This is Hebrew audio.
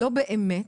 לא באמת,